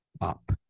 up